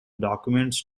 documents